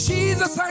Jesus